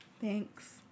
Thanks